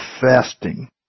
fasting